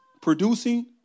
producing